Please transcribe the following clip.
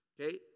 Okay